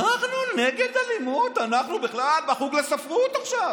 אנחנו נגד אלימות, אנחנו בכלל בחוג לספרות עכשיו.